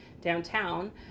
Downtown